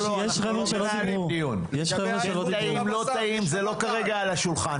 אף אחד לא ימות אם הוא לא יאכל בשר,